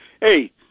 hey